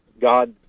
God